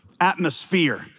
atmosphere